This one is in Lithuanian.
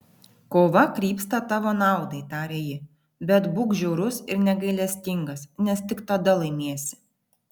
kova krypsta tavo naudai tarė ji bet būk žiaurus ir negailestingas nes tik tada laimėsi